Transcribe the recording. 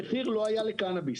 המחיר לא היה לקנביס.